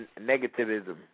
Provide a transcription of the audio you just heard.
negativism